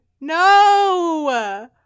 No